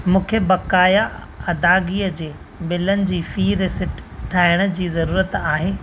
मूंखे बक़ाया अदाॻीअ जे बिलनि जी फी रिसिट ठाहिण जी ज़रूरत आहे